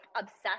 obsessed